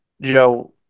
Joe